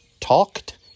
Talked